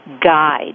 Guide